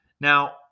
now